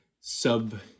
sub